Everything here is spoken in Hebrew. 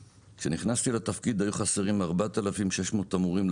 כשנכנסתי לתפקיד היו חסרים ארבע אלף שש מאות תמרורים,